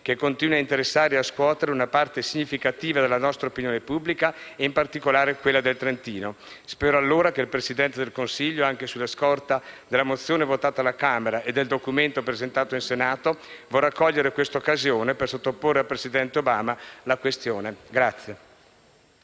continua a interessare e a scuotere una parte significativa della nostra opinione pubblica e in particolare quella del Trentino. Spero allora che il Presidente del Consiglio, anche sulla scorta della mozione votata alla Camera e del documento presentato in Senato, vorrà cogliere quest'occasione per sottoporre la questione al presidente Obama.